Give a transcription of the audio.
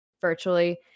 virtually